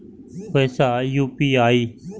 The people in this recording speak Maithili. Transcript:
पैसा यू.पी.आई?